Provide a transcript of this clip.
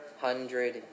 hundred